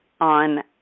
on